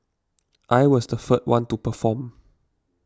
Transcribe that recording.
I was the third one to perform